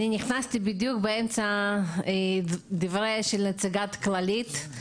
אני נכנסתי בדיוק באמצע דבריה של נציגת הכללית.